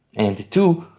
and two.